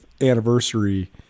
anniversary